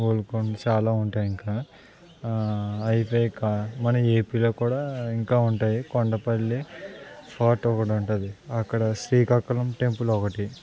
గోల్కొండ చాలా ఉంటాయి ఇంకా అయిపోయినాక మన ఏపీలో కూడా ఇంకా ఉంటాయి కొండపల్లి ఫోర్ట్ కూడా ఉంటుంది అక్కడ శ్రీకాకుళం టెంపుల్ ఒకటి